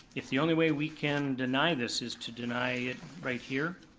if the only way we can deny this is to deny it right here,